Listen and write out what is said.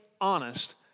honest